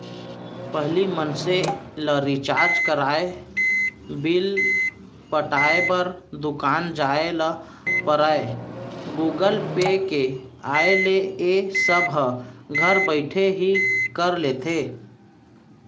पहिली मनसे ल रिचार्ज कराय, बिल पटाय बर दुकान जाय ल परयए गुगल पे के आय ले ए सब ह घर बइठे ही कर लेथे